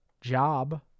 job